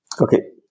okay